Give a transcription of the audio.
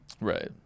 Right